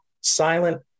silent